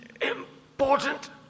important